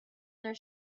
their